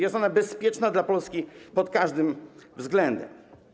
Jest ona bezpieczna dla Polski pod każdym względem.